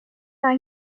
par